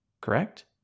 Correct